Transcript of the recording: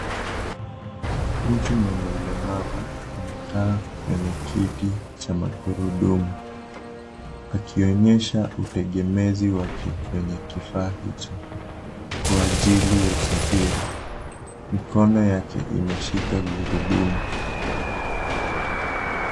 Mtu mwenye ulemavu, amekaa kwenye kiti cha magurudumu, akionyesha utegemezi kwenye kifaa hicho, kwa ajili ya usafiri. Mkono yake, imeshika gurudumu.